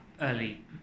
early